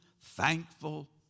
thankful